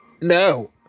No